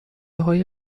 های